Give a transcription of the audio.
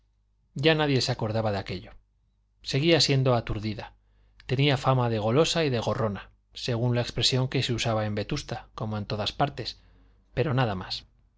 ya nadie se acordaba de aquello seguía siendo aturdida tenía fama de golosa y de gorrona según la expresión que se usaba en vetusta como en todas partes pero nada más